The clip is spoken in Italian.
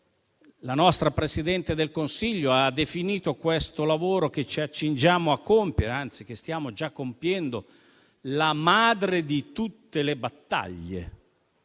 la nostra Presidente del Consiglio ha definito questo lavoro che ci accingiamo a compiere, anzi, che stiamo già compiendo, la madre di tutte le battaglie,